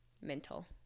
Mental